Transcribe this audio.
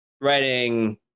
writing